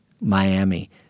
Miami